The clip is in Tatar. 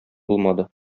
булмады